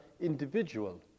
individual